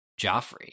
Joffrey